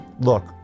look